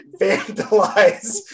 vandalize